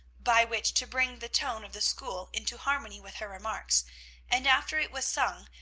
by which to bring the tone of the school into harmony with her remarks and, after it was sung,